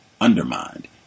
undermined